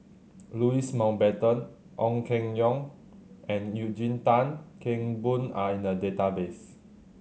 Louis Mountbatten Ong Keng Yong and Eugene Tan Kheng Boon are in the database